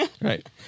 right